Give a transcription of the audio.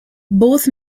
both